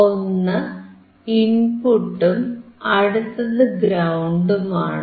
ഒന്ന് ഇൻപുട്ടും അടുത്തത് ഗ്രൌണ്ടുമാണ്